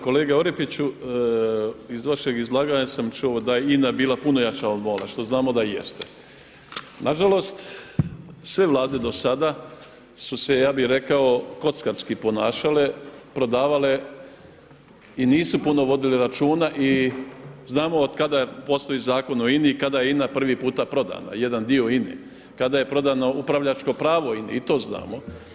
Kolega Orepiću, iz vašeg izlaganja sam čuo da je INA bila puno jača od MOL-a, što znamo i da jeste, nažalost sve Vlade do sada su se, ja bih rekao kockarski ponašale, prodavale i nisu puno vodile računa, i znamo od kada postoji Zakon o INA-i, i kada je INA prvi puta prodana, jedan dio INA-e, kada je prodano upravljačko pravo INA-e i to znamo.